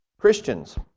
Christians